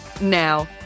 Now